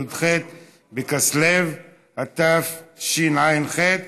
י"ח בכסלו התשע"ח,